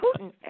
Putin